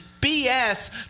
BS